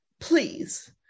Please